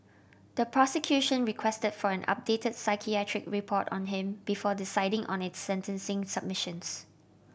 the prosecution request for an update psychiatric report on him before deciding on its sentencing submissions